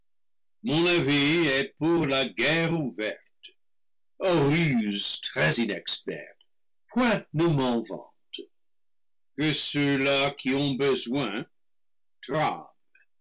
la guerre ouverte aux ruses très mexpert point ne m'en vante que ceux-là qui ont besoin